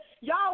Y'all